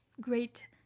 great